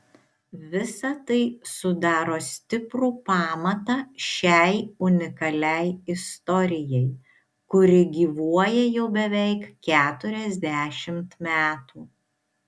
visa tai sudaro stiprų pamatą šiai unikaliai istorijai kuri gyvuoja jau beveik keturiasdešimt metų